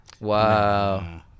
Wow